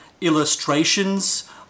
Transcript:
illustrations